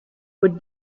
would